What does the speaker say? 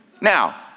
Now